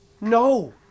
No